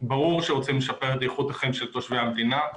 ברור שרוצים לשפר את איכות החיים של תושבי המדינה,